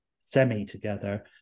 semi-together